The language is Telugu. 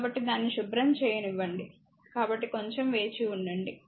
కాబట్టి దాన్ని శుభ్రం చేయనివ్వండి కాబట్టి కొంచెం వేచివుండండి